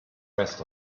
rest